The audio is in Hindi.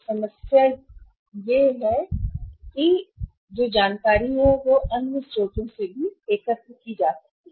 तो की समस्या है जानकारी लेकिन वह जानकारी किसी अन्य स्रोतों से भी एकत्र की जा सकती है